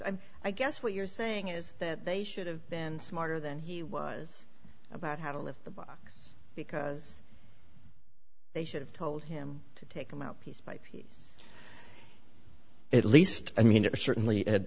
i guess what you're saying is that they should have been smarter than he was about how to live because they should've told him to take them out piece by piece at least i mean certainly at